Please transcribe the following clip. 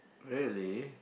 really